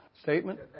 Statement